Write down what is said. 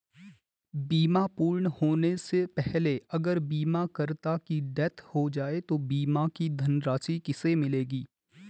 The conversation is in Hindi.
बीमा पूर्ण होने से पहले अगर बीमा करता की डेथ हो जाए तो बीमा की धनराशि किसे मिलेगी?